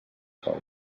sol